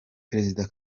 perezida